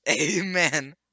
Amen